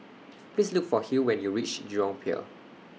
Please Look For Hill when YOU REACH Jurong Pier